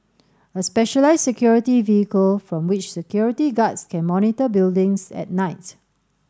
a specialised security vehicle from which security guards can monitor buildings at night